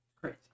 Great